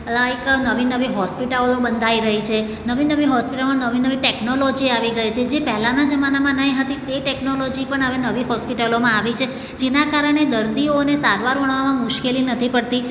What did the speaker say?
like નવી નવી હોસ્પિટલો બંધાઈ રહી છે નવી નવી હોસ્પિટલોમાં નવી નવી ટેક્નોલોજી આવી ગઈ છે જે પહેલાંના જમાનામાં ન હતી એ ટેક્નોલોજી પણ હવે નવી હોસ્પિટલોમાં આવી છે જેના કારણે દર્દીઓને સારવાર ઓણાવામાં મુશ્કેલી નથી પડતી